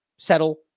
settle